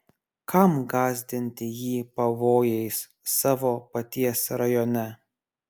kam gąsdinti jį pavojais savo paties rajone